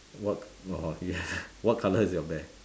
what what colour is your bear